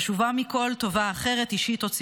חשובה מכל טובה אחרת אישית או ציבורית.